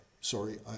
Sorry